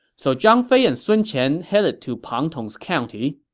so zhang fei and sun qian headed to pang tong's county.